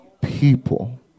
people